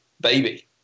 baby